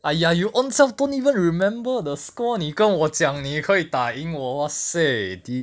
!aiya! you ownself don't even remember the score 你跟我讲你可以打赢我 !wahseh!